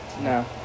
No